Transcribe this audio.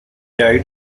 died